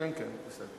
כן, כן, בסדר.